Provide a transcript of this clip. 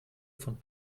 von